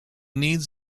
needs